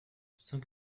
cent